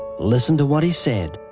listen to what he said.